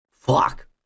Fuck